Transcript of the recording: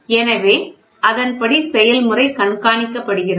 எனவே அதன்படி செயல்முறை கண்காணிக்கப்படுகிறது